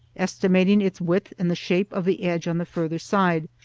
estimating its width and the shape of the edge on the farther side,